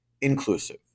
inclusive